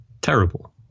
terrible